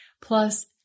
plus